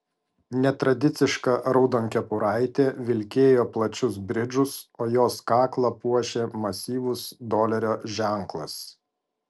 netradiciška raudonkepuraitė vilkėjo plačius bridžus o jos kaklą puošė masyvus dolerio ženklas